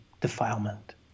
defilement